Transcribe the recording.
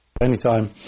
Anytime